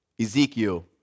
Ezekiel